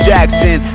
Jackson